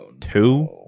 two